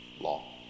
law